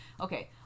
okay